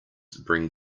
bring